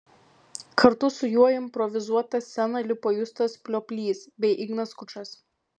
kartu su juo į improvizuotą sceną lipo justas plioplys bei ignas skučas